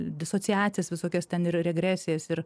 disociacijas visokias ten ir regresijas ir